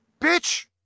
Bitch